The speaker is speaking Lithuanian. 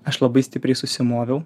aš labai stipriai susimoviau